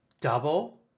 double